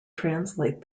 translate